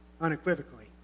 unequivocally